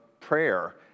prayer